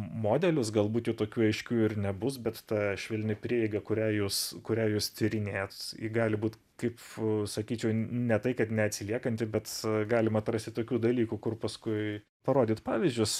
m modelius galbūt jų tokių aiškių ir nebus bet ta švelni prieiga kurią jūs kurią jūs tyrinėjat ji gali būt kaip sakyčiau ne tai kad neatsiliekanti bet galim atrasti tokių dalykų kur paskui parodyt pavyzdžius